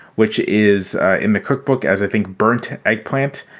which is in the cookbook as i think burnt eggplant.